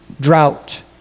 Drought